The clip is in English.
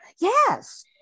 yes